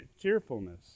cheerfulness